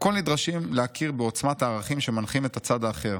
"הכול נדרשים להכיר בעוצמת הערכים שמנחים את הצד האחר".